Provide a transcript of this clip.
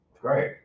Great